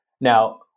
Now